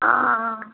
आ हँ हँ